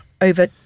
over